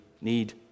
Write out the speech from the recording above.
need